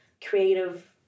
creative